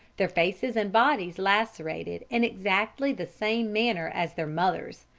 their faces and bodies lacerated in exactly the same manner as their mother's.